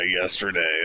yesterday